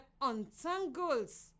untangles